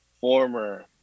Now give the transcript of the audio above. former